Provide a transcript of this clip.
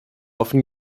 offen